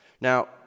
Now